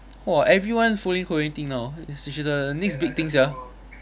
!whoa! everyone is following chloe ting now it's she's a next big thing sia